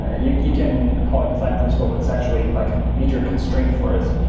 you you can call it design principle, but it's actually like a major constraint for us.